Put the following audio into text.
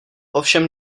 ovšem